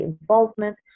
involvement